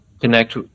connect